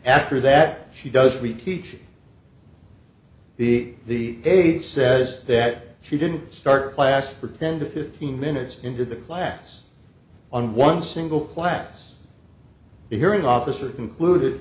after that she does we teach the the aide says that she didn't start class for ten to fifteen minutes into the class on one single class hearing officer concluded